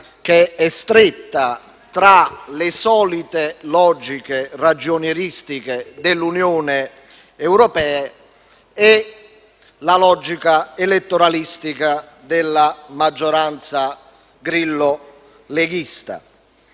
che è stretta tra le solite logiche ragionieristiche dell'Unione europea e la logica elettoralistica della maggioranza Grillo-leghista.